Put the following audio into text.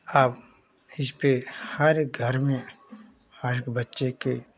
अब इस पर हर घर में हर बच्चे के